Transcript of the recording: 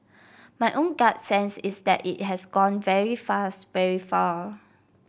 my own gut sense is that it has gone very fast very far